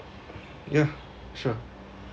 yeah sure